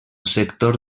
sector